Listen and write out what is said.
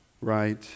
right